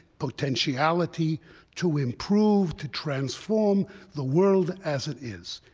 potentiality to improve, to transform the world as it is.